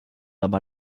aber